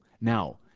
Now